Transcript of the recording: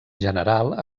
general